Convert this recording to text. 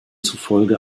zufolge